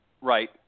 Right